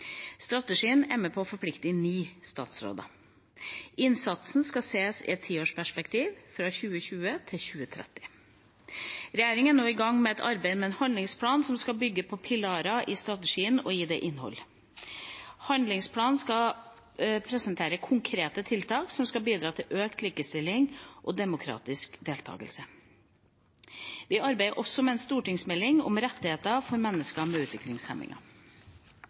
Strategien er med på å forplikte ni statsråder. Innsatsen skal ses i et tiårsperspektiv, fra 2020 til 2030. Regjeringa er nå i gang med arbeidet med en handlingsplan som skal bygge på pilarene i strategien og gi dem innhold. Handlingsplanen skal presentere konkrete tiltak som skal bidra til økt likestilling og demokratisk deltakelse. Vi arbeider også med en stortingsmelding om rettigheter til mennesker med